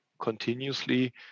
continuously